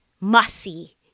Mussy